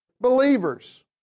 Believers